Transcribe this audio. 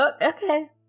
Okay